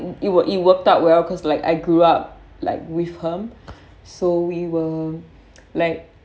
it work it worked out well cause like I grew up like with her so we will like